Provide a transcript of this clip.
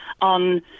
on